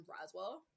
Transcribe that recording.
Roswell